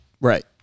Right